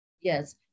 Yes